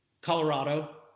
Colorado